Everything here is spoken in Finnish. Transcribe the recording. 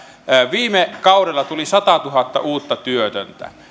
viime kaudella tuli satatuhatta uutta työtöntä